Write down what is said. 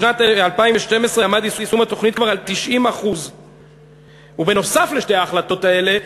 בשנת 2012 עמד יישום התוכנית כבר על 90%. ונוסף על שתי ההחלטות האלה,